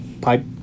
Pipe